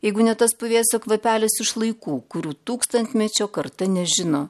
jeigu ne tas puvėsio kvapelis iš laikų kurių tūkstantmečio karta nežino